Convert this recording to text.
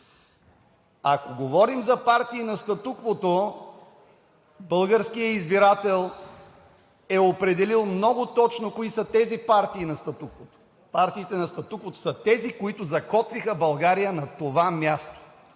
Ако говорим за партии на статуквото, българският избирател е определил много точно кои са тези партии на статуквото. Партиите на статуквото са тези, които закотвиха България на това място.